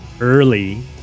early